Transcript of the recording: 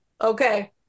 Okay